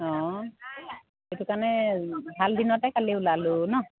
অঁ সেইটো কাৰণে ভাল দিনতে কালি ওলালোঁ ন